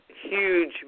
huge